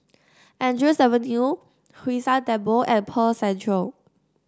Andrews Avenue Hwee San Temple and Pearl Centre